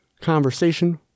conversation